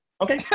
okay